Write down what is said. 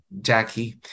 Jackie